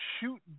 shoot